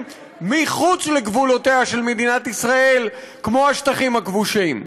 מחוץ לגבולותיה של מדינת ישראל כמו השטחים הכבושים?